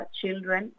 children